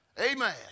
Amen